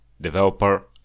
developer